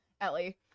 Ellie